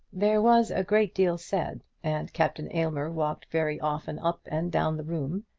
there was a great deal said, and captain aylmer walked very often up and down the room,